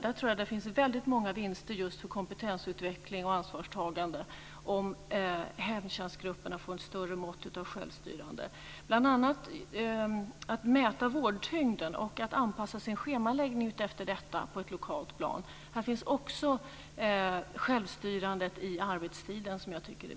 Om hemtjänstgrupperna får ett större mått av självstyre finns det många vinster att göra just för kompetensutveckling och ansvarstagande, bl.a. att mäta vårdtyngd och anpassa schemaläggning på ett lokalt plan. Här finns självstyret i arbetstiden.